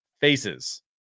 faces